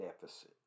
deficit